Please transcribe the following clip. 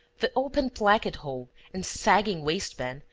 the open placket-hole and sagging waist-band,